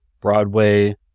Broadway